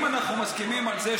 אנחנו לא מסכימים על כלום.